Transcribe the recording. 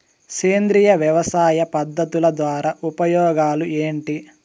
సేంద్రియ వ్యవసాయ పద్ధతుల ద్వారా ఉపయోగాలు ఏంటి?